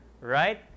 right